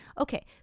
Okay